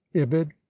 ibid